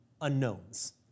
unknowns